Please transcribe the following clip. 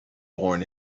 born